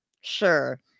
Sure